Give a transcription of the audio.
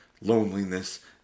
loneliness